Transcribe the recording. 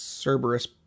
Cerberus